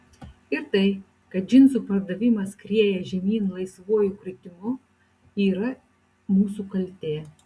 ir tai kad džinsų pardavimas skrieja žemyn laisvuoju kritimu yra mūsų kaltė